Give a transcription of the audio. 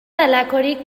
halakorik